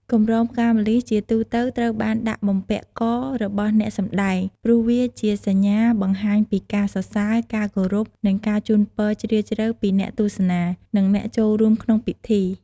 កម្រងផ្កាម្លិះ ជាទូទៅត្រូវបានដាក់បំពាក់ករបស់អ្នកសម្តែង ព្រោះវាជាសញ្ញាបង្ហាញពីការសរសើរ ការគោរព និងការជូនពរជ្រាលជ្រៅពីអ្នកទស្សនា និងអ្នកចូលរួមក្នុងពិធី។